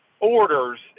orders